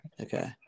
Okay